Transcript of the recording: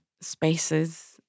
spaces